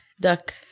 Duck